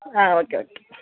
ಹಾಂ okay okay